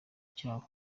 cyabo